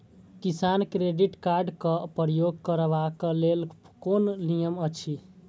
किसान credit card क प्रयोग करबाक लेल कोन नियम अछि?